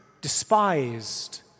despised